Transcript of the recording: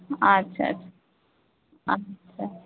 आच्छा आच्छा आच्छा